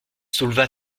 souleva